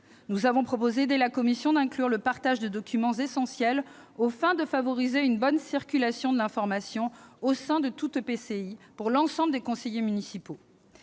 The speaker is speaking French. Nous avons proposé, dès le travail en commission, d'inclure le partage de documents essentiels aux fins de favoriser une bonne circulation de l'information au sein de tout EPCI pour l'ensemble des conseillers municipaux,